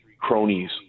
cronies